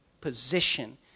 position